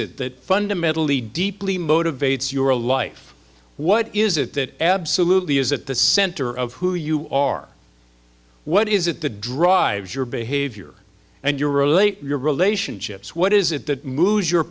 it that fundamentally deeply motivates your life what is it that absolutely is at the center of who you are what is it the drives your behavior and your relate your relationships what is it that moves your